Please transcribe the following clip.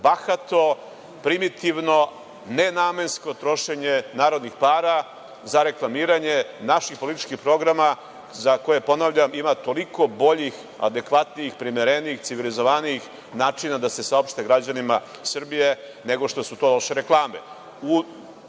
bahato, primitivno ne namensko trošenje narodnih para za reklamiranje naših političkih programa, za koje ponavljam ima toliko boljih, adekvatnijih, primerenijih, civilizovanijih načina da se saopšti građanima Srbije nego što su to loše reklame.